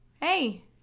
Hey